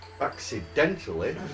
accidentally